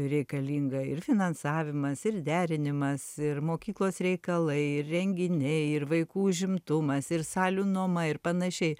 reikalinga ir finansavimas ir derinimas ir mokyklos reikalai ir renginiai ir vaikų užimtumas ir salių nuoma ir panašiai